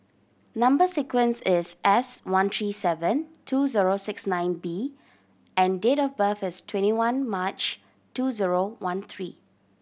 number sequence is S one three seven two zero six nine B and date of birth is twenty one March two zero one three